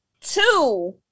two